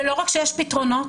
ולא רק שיש פתרונות,